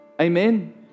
Amen